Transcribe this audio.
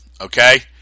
Okay